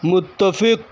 متفق